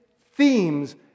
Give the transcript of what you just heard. themes